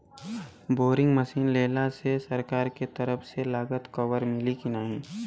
Boring machine लेला मे सरकार के तरफ से लागत कवर मिली की नाही?